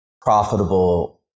profitable